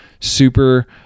super